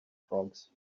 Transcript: frogs